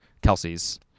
Kelsey's